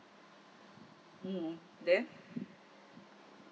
mm then